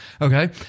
Okay